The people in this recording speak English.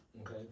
okay